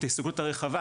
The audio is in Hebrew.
את ההסתכלות הרחבה,